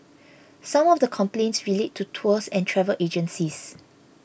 some of the complaints relate to tours and travel agencies